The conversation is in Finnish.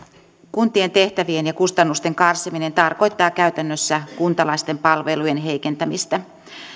kuntien tehtävien ja kustannusten karsiminen tarkoittaa käytännössä kuntalaisten palvelujen heikentämistä